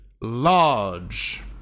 large